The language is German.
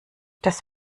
das